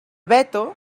veto